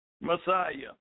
Messiah